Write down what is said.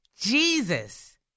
Jesus